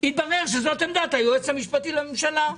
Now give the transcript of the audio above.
אלא שזו עמדת היועץ המשפטי לממשלה.